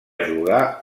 jugar